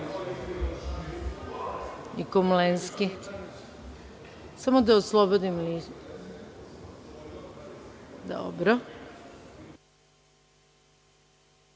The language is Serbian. Komlenski. Samo da oslobodim listu. Dobro. Reč